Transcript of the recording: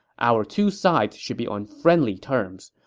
our two sides should be on friendly terms,